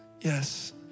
Yes